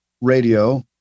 radio